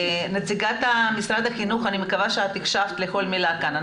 נציגת משרד החינוך אני מקווה שהקשבת לכל מילה כאן.